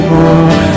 more